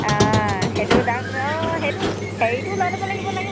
অঁ সেইটো ডা অঁ সেইটো হেৰিটো লৈ ল'ব লাগিব লাগিব চাগে নহয়